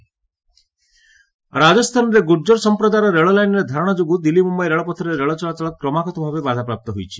ରାଜସ୍ଥାନ ଧାରଣା ରାଜସ୍ତାନରେ ଗୁର୍ଜର ସମ୍ପ୍ରଦାୟର ରେଳ ଲାଇନ୍ରେ ଧାରଣା ଯୋଗୁଁ ଦିଲ୍ଲୀ ମୁୟାଇ ରେଳପଥରେ ରେଳ ଚଳାଚଳ କ୍ରମାଗତଭାବେ ବାଧାପ୍ରାପ୍ତ ହୋଇଛି